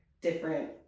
different